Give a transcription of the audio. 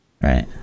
right